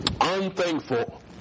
Unthankful